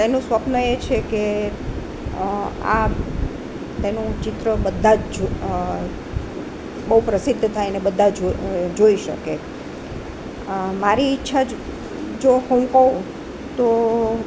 તેનું સ્વપ્ન એછે કે આ તેનું ચિત્ર બધાં જ બહુ પ્રસિદ્ધ થાય અને બધાં જોઈ શકે મારી ઈચ્છા જ જો હું કહું તો